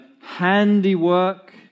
handiwork